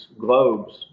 globes